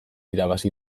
irabazi